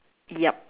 yup